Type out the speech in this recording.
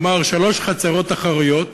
כלומר, שלוש חצרות אחוריות,